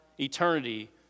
Eternity